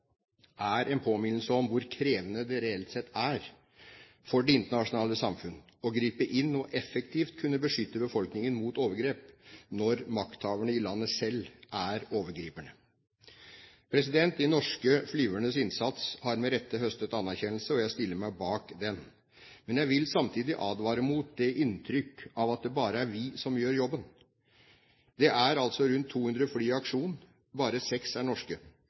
er en påminnelse om hvor krevende det reelt sett er for det internasjonale samfunn å gripe inn og effektivt kunne beskytte befolkningen mot overgrep, når makthaverne i landet selv er overgriperne. De norske flyvernes innsats har med rette høstet anerkjennelse, og jeg stiller meg bak den. Men jeg vil samtidig advare mot det inntrykk at det bare er vi som gjør jobben. Det er altså rundt 200 fly i aksjon, bare seks er norske.